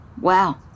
Wow